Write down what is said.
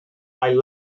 ail